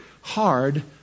hard